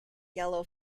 yellow